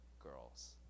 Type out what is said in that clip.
girls